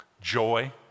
joy